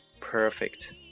perfect